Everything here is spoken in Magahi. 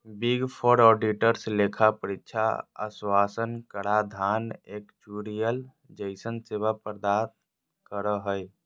बिग फोर ऑडिटर्स लेखा परीक्षा आश्वाशन कराधान एक्चुरिअल जइसन सेवा प्रदान करो हय